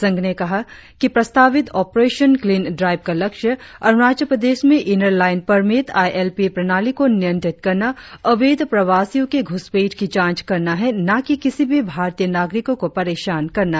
संघ ने कहा कि प्रस्तावित ऑपरेशन क्लीन ड्राइव का लक्ष्य अरुणाचल प्रदेश में inner line permit I L P प्रणाली को नियंत्रित करना अवैध प्रवासियों के घुसपैठ की जांच करना है न कि किसी भी भारतीय नागरिकों को परेशान करना